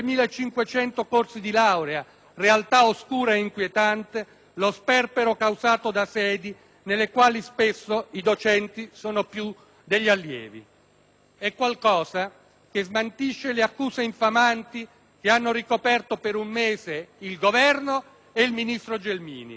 5.500 corsi di laurea e lo sperpero causato da sedi nelle quali spesso i docenti sono più degli allievi. È qualcosa che smentisce le accuse infamanti che hanno ricoperto per un mese il Governo e il ministro Gelmini. *(Applausi